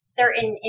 certain